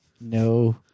No